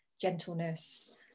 gentleness